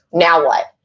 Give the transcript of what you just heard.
now what?